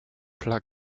plug